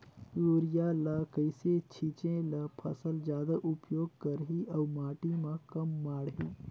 Urea ल कइसे छीचे ल फसल जादा उपयोग करही अउ माटी म कम माढ़ही?